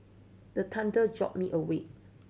the thunder jolt me awake